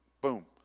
boom